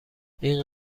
این